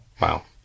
Wow